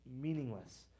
meaningless